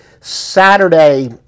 saturday